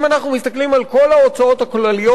אם אנחנו מסתכלים על כל ההוצאות הכלליות